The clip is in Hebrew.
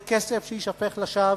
זה כסף שיישפך לשווא,